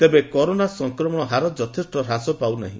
ତେବେ କରୋନା ସଂକ୍ରମଣ ହାର ଯଥେଷ୍ ହ୍ରାସ ପାଉନାହିଁ